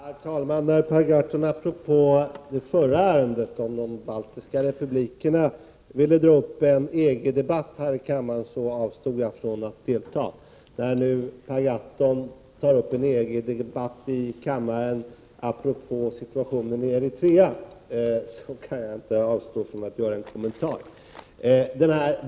Herr talman! När Per Gahrton i det förra ärendet om de baltiska republikerna ville ta upp en EG-debatt i kammaren, avstod jag från att delta i diskussionen. När nu Per Gahrton tar upp en EG-debatt i kammaren apropå situationen i Eritrea, kan jag inte avstå från att göra en kommentar.